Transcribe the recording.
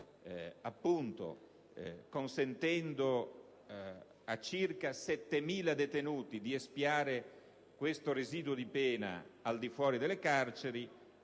appunto, a circa 7.000 detenuti di espiare questo residuo di pena al di fuori delle carceri,